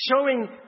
showing